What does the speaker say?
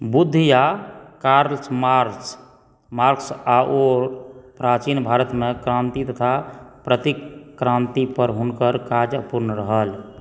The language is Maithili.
बुद्ध या कार्ल मार्क्स आओर प्राचीन भारतमे क्रान्ति तथा प्रति क्रान्तिपर हुनकर काज अपूर्ण रहल